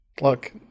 Look